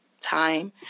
time